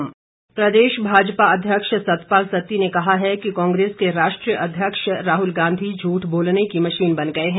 सत्ती प्रदेश भाजपा अध्यक्ष सतपाल सत्ती ने कहा है कि कांग्रेस के राष्ट्रीय अध्यक्ष राहुल गांधी झूठ बोलने की मशीन बन गए हैं